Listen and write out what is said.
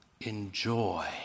enjoy